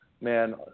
man